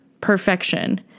perfection